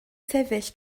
sefyll